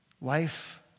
Life